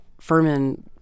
Furman